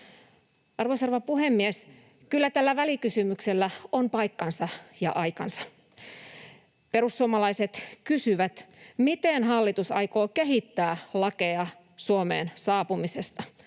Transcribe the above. rouva puhemies! Kyllä tällä välikysymyksellä on paikkansa ja aikansa. Perussuomalaiset kysyvät, miten hallitus aikoo kehittää lakeja Suomeen saapumisesta.